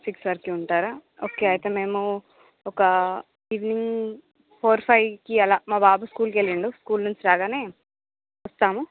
six వరకే ఉంటారా okay అయితే మేము ఒక ఈవెనింగ్ ఫోర్ ఫైవ్కి అలా మా బాబు స్కూల్కి వెళ్ళాడు స్కూల్ నుంచి రాగానే వస్తాము